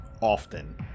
often